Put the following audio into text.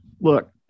look